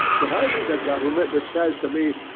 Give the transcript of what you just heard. when i meet a government which says to me,